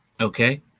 Okay